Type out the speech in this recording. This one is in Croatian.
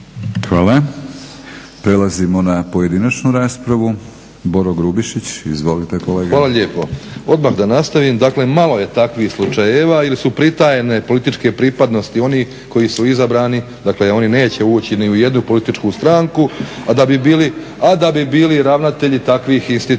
Hvala. Prelazimo na pojedinačnu raspravu, Boro Grubišić. Izvolite kolega. **Grubišić, Boro (HDSSB)** Hvala lijepo. Odmah da nastavim. Dakle, malo je takvih slučajeva ili su pritajene političke pripadnosti onih koji su izabrani, dakle oni neće ući ni u jednu političku stranku, a da bi bili ravnatelji takvih instituta